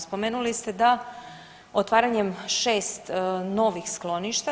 Spomenuli ste da otvaranjem šest novih skloništa.